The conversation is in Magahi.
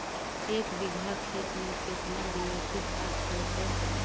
एक बिघा खेत में केतना डी.ए.पी खाद पड़तै?